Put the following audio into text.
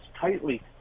tightly